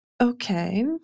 okay